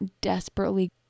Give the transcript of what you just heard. desperately